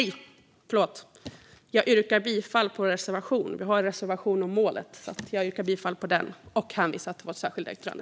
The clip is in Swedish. Jag yrkar bifall till reservation 2 under punkt 1 och hänvisar till vårt särskilda yttrande.